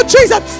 Jesus